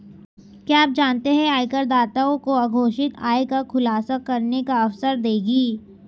क्या आप जानते है आयकरदाताओं को अघोषित आय का खुलासा करने का अवसर देगी?